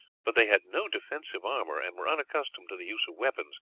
but they had no defensive armour and were unaccustomed to the use of weapons.